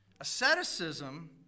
Asceticism